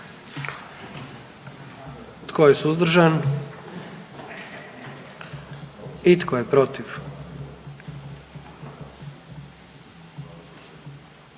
Tko je suzdržan? I tko je protiv?